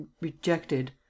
rejected